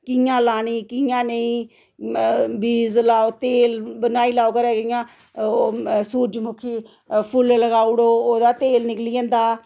कि'यां लानी कियां नेईं बीज लाओ तेल बनाई लैओ घरा जियां ओह् सुरजमुखी फुल्ल लगाई उड़ो ओह्दा तेल निकली जन्दा